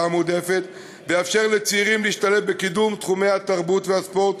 המועדפת ויאפשר לצעירים להשתלב בקידום תחומי התרבות והספורט